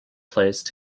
placed